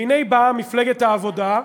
והנה באה מפלגת העבודה,